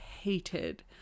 hated